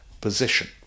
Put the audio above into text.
position